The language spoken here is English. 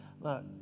Look